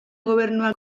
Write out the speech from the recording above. gobernuak